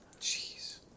Jeez